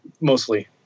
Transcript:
mostly